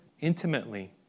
intimately